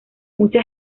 mucha